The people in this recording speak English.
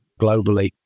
globally